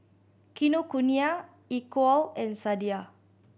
Kinokuniya Equal and Sadia